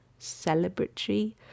celebratory